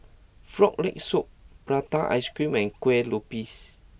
Frog Leg Soup Prata Ice Cream and Kueh Lopes